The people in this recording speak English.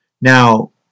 Now